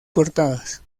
portadas